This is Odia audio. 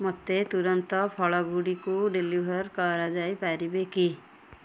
ମୋତେ ତୁରନ୍ତ ଫଳଗୁଡ଼ିକୁ ଡେଲିଭର୍ କରାଯାଇ ପାରିବ କି